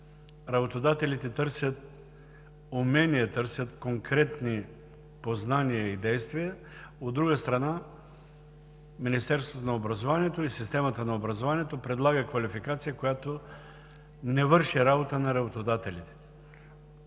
работодателите търсят умения, търсят конкретни познания и действия, от друга страна, Министерството на образованието и системата на образованието предлага квалификация, която не върши работа на работодателите.